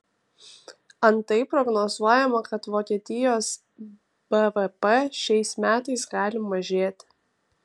antai prognozuojama kad vokietijos bvp šiais metais gali mažėti